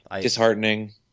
disheartening